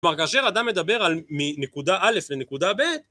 כלומר, כאשר אדם מדבר מנקודה א' לנקודה ב',